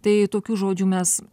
tai tokių žodžių mes